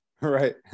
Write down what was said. right